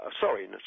Sorry